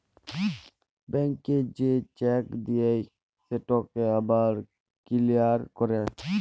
ব্যাংকে যে চ্যাক দেই সেটকে আবার কিলিয়ার ক্যরে